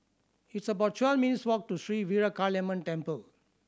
it's about twelve minutes' walk to Sri Veeramakaliamman Temple